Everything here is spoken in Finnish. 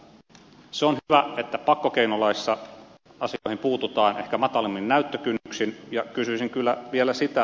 se on hyvä että pakkokeinolaissa asioihin puututaan ehkä matalammin näyttökynnyksin ja kysyisin kyllä vielä sitä